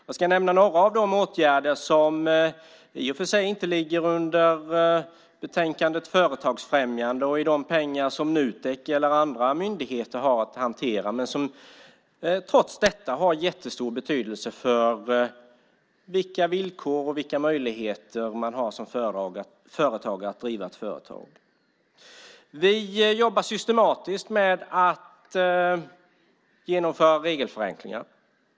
Jag ska nämna några av de åtgärder som i och för sig inte ligger under betänkandet om företagsfrämjande och i de pengar som Nutek eller andra myndigheter har att hantera, men som trots detta har jättestor betydelse för vilka villkor och möjligheter man har som företagare att driva ett företag. Vi jobbar systematiskt med att genomföra regelförenklingar.